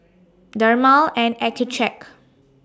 Dermale and Accucheck